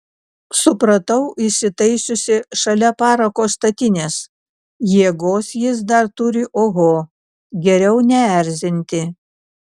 supratau įsitaisiusi šalia parako statinės jėgos jis dar turi oho geriau neerzinti